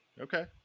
okay